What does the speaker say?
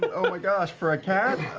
but oh, my gosh, for a cat?